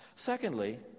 Secondly